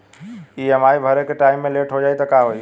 EMI भरे के time मे लेट हो जायी त का होई?